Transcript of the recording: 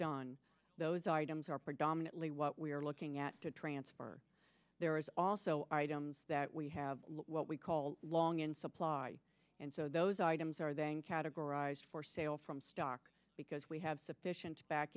done those items are predominantly what we are looking at to transfer there is also items that we have what we call long in supply and so those items are then categorized for sale from stock because we have sufficient back